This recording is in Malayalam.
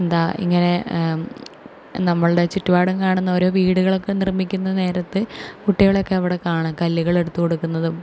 എന്താ ഇങ്ങനെ നമ്മളുടെ ചുറ്റുപാടും കാണുന്ന ഓരോ വീടുകളൊക്കെ നിർമ്മിക്കുന്ന നേരത്ത് കുട്ടികളെയൊക്കെ അവിടെ കാണും കല്ലുകൾ എടുത്തു കൊടുക്കുന്നതും